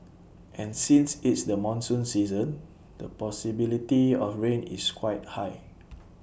and since it's the monsoon season the possibility of rain is quite high